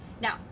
now